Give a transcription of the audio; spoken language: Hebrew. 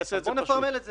אז בואו נפרמל את זה.